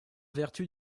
vertu